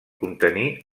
contenir